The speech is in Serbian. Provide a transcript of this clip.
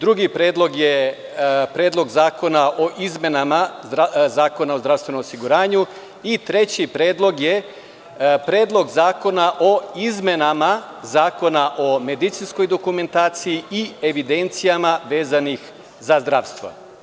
Drugi predlog je Predlog zakona o izmenama Zakona o zdravstvenom osiguranju i treći predlog je Predlog zakona o izmenama Zakona o medicinskoj dokumentaciji i evidencijama vezanim za zdravstvo.